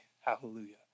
Hallelujah